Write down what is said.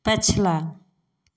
पछिला